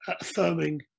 affirming